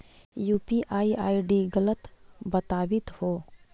ई UPI ID गलत बताबीत हो